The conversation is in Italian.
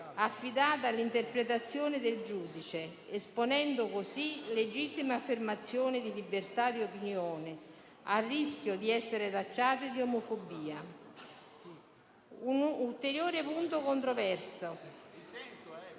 affidata all'interpretazione del giudice, esponendo così legittime affermazione di libertà di opinione al rischio di essere tacciate di omofobia. Un ulteriore punto controverso,